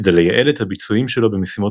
כדי לייעל את הביצועים שלו במשימות